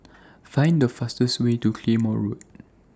Find The fastest Way to Claymore Road